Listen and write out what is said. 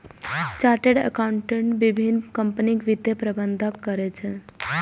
chartered accountant विभिन्न कंपनीक वित्तीय प्रबंधन करै छै